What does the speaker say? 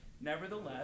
Nevertheless